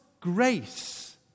grace